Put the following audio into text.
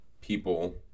people